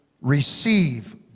receive